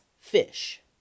Fish